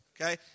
Okay